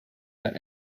that